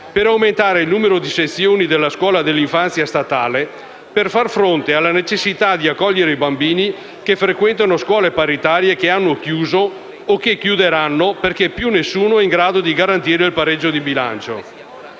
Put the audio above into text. per aumentare il numero di sezioni della scuola dell'infanzia statale per far fronte alla necessità di accogliere bambini che frequentavano scuole paritarie che hanno chiuso o che chiuderanno perché più nessuno è in grado di garantire il pareggio di bilancio.